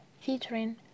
featuring